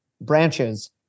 branches